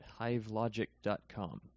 hivelogic.com